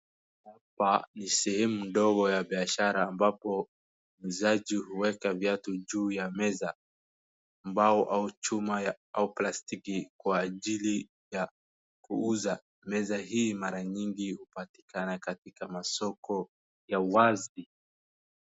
Hapa ni sehemu ndogo ya biashara ambapo muuzaji huweka viatu juu ya meza au plastic kwa ajili ya kuuza. Meza hii mara nyigi hupatikana katika soko ya uwazi.